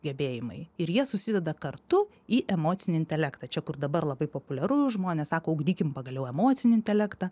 gebėjimai ir jie susideda kartu į emocinį intelektą čia kur dabar labai populiaru žmonės sako ugdykim pagaliau emocinį intelektą